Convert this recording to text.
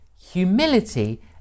Humility